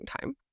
time